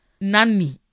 Nanny